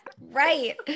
right